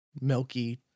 milky